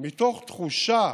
מתוך תחושה